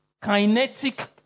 kinetic